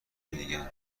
دیگه